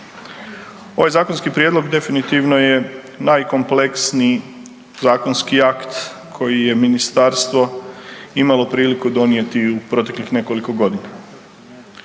Ovaj zakonski prijedlog definitivno je najkompleksniji zakonski akt koji je ministarstvo imalo priliku donijeti u proteklih nekoliko godina.